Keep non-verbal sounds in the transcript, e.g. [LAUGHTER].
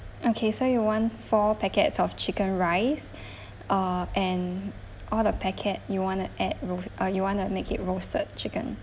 okay so you want four packets of chicken rice [BREATH] uh and all the packet you want to add ro~ uh you want to make it roasted chicken